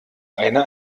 eine